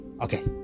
Okay